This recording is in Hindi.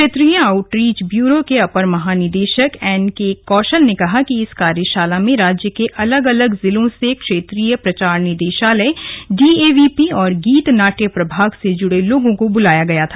क्षेत्रीय आउटरीच ब्यूरो के अपर महानिदेशक एनके कौशल ने कहा कि इस कार्यशाला में राज्य के अलग अलग जिलों से क्षेत्रीय प्रचार निदेशालय डीएवीपी और गीत नाट्य प्रभाग से जुड़े लोगों को बुलाया गया था